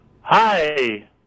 Hi